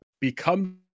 become